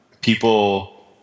people